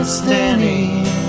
standing